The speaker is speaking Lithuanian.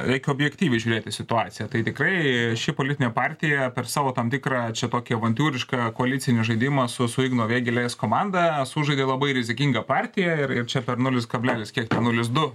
reikia objektyviai žiūrėt į situaciją tai tikrai ši politinė partija per savo tam tikrą čia tokį avantiūrišką koalicinį žaidimą su su igno vėgėlės komanda sužaidė labai rizikingą partiją ir ir čia per nulis kablelis kiek ten nulis du